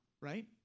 right